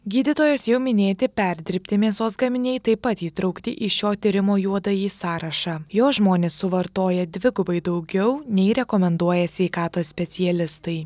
gydytojos jau minėti perdirbti mėsos gaminiai taip pat įtraukti į šio tyrimo juodąjį sąrašą jo žmonės suvartoja dvigubai daugiau nei rekomenduoja sveikatos specialistai